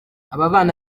ababana